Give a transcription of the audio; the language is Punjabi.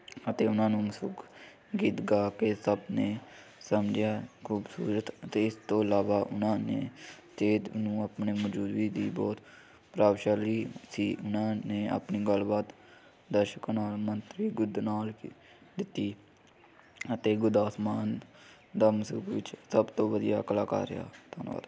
ਅਤੇ ਉਹਨਾਂ ਨੂੰ ਸੁੱਖ ਗੀਤ ਗਾ ਕੇ ਸਭ ਨੇ ਸਮਝਿਆ ਖੂਬਸੂਰਤ ਅਤੇ ਇਸ ਤੋਂ ਇਲਾਵਾ ਉਹਨਾਂ ਨੇ ਅਤੇ ਇੱਧਰ ਨੂੰ ਆਪਣੇ ਮੌਜੂਦਗੀ ਦੀ ਬਹੁਤ ਪ੍ਰਭਾਵਸ਼ਾਲੀ ਸੀ ਉਹਨਾਂ ਨੇ ਆਪਣੀ ਗੱਲਬਾਤ ਦਾ ਸ਼ੁਕਰ ਨਾਲ ਮੰਤਰੀ ਗੁੱਦ ਨਾਲ ਦਿੱਤੀ ਅਤੇ ਗੁਰਦਾਸ ਮਾਨ ਦਾ ਮਸ਼ਕ ਵਿੱਚ ਸਭ ਤੋਂ ਵਧੀਆ ਕਲਾਕਾਰ ਆ ਧੰਨਵਾਦ